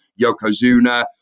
Yokozuna